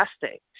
fantastic